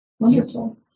Wonderful